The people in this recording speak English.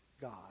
God